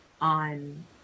on